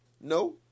No